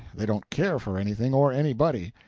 they don't care for anything or anybody.